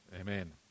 Amen